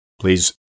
Please